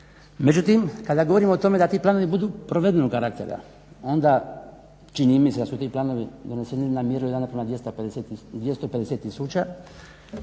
međutim kada govorimo o tome da ti planovi budu provedbenog karaktera onda čini mi se da su ti planovi doneseni na mjeru prema 250 tisuća